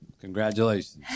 Congratulations